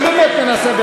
אני לא זוכר שאמרנו,